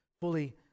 fully